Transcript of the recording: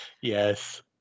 Yes